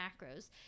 macros